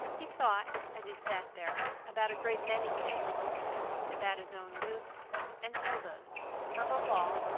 he thought, as he sat there, about a great many things about his own youth and hilda's above all,